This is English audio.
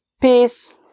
Peace